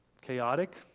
Chaotic